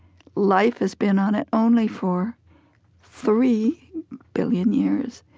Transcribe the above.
life has been on it only for three billion years.